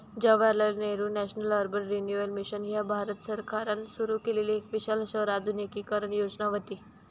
Jawaharlal Nehru national urban renewal mission ह्या भारत सरकारान सुरू केलेली एक विशाल शहर आधुनिकीकरण योजना व्हती